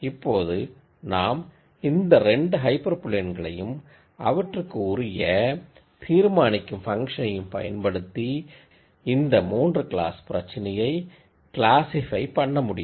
இப்போது நாம் இந்த 2 ஹைப்பர் பிளேன்களையும் அவற்றிற்கு உரிய தீர்மானிக்கும் ஃபங்ஷனையும் பயன்படுத்தி இந்த 3 கிளாஸ் பிரச்சினையை கிளாசிஃபை பண்ணமுடியும்